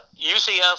UCF